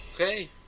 Okay